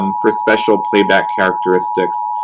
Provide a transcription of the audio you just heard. um for special playback characteristics.